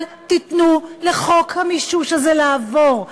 אל תיתנו לחוק המישוש הזה לעבור,